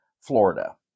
Florida